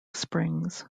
springs